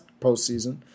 postseason